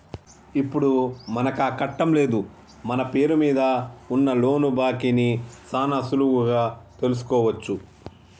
ఇప్పుడు మనకాకట్టం లేదు మన పేరు మీద ఉన్న లోను బాకీ ని సాన సులువుగా తెలుసుకోవచ్చు